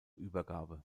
übergabe